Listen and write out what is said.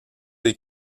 des